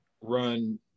run